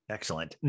Excellent